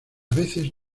veces